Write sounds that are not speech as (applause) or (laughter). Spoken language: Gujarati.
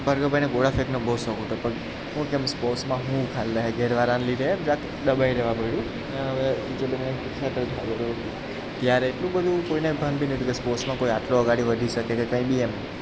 ભાર્ગવભાઈ ને ગોળા ફેંકનો બહુ શોખ હતો પણ શું કે સ્પોર્ટ્સમાં શું ઉખાડી લેશે કે ઘેરવાળાને લીધે એમ જરાક દબાઈને રહેવા પડ્યુ અને આવે (unintelligible) ત્યારે એટલું બધું કોઈને ભાન બી ન હતું કે સ્પોર્ટ્સમાં કોઈ આટલું આગળ વધી શકે કે કંઈ બી એમ